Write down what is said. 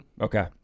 Okay